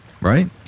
Right